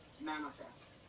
manifest